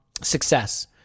success